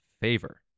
favor